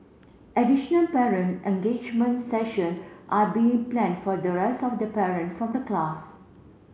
additional parent engagement session are being planned for the rest of the parent from the class